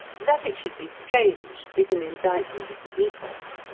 that it should be strange is an indictment of the epoch.